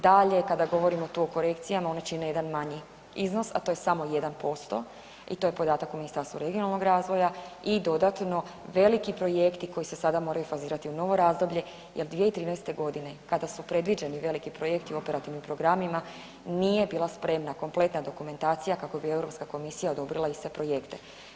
Dalje, kada govorimo tu o korekcijama, one čine jedan manji iznos, a to je samo 1% i to je podatak u Ministarstvu regionalnog razvoja i dodatno, veliki projekti koji se sada moraju fazirati u novo razdoblje jer 2013. g. kada su predviđeni veliki projekti u operativnim programima, nije bila spremna kompletna dokumentacija kako bi Europska komisija odobrila sve projekte.